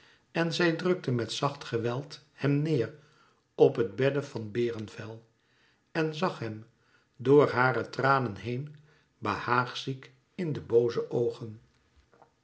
en zij drukte met zacht geweld hem neêr op het bedde van berenvel en zag hem door hare tranen heen behaagziek in de booze oogen